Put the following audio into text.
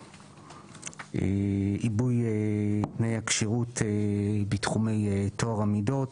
עיבוי תנאי הכשירות בתחומי טוהר המידות